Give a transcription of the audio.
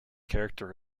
character